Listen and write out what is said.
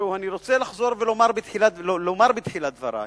אני רוצה לומר בתחילת דברי